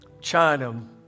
China